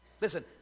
Listen